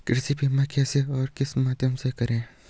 कृषि बीमा कैसे और किस माध्यम से करें?